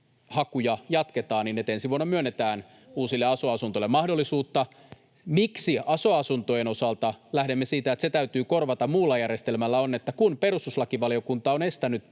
hakuja jatketaan niin, että ensi vuonna myönnetään uusille aso-asunnoille mahdollisuutta. Miksi aso-asuntojen osalta lähdemme siitä, että se täytyy korvata muulla järjestelmällä, on se, että kun perustuslakivaliokunta on estänyt